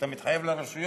אתה מתחייב לרשויות: